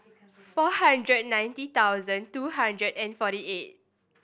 four hundred ninety thousand two hundred and forty eight